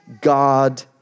God